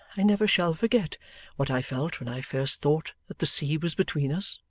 i never shall forget what i felt when i first thought that the sea was between us